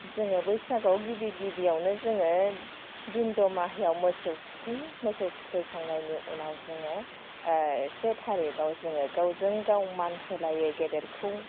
जोङो बैसागोयाव गिबि गिबियावनो जोङो दिन्द' माहियाव मोसौ थुखैयो मोसौ थुखैखांनायनि उनाव जोङो से थारिखाव जोङो गावजों गाव मान होलायो गेदेरखौ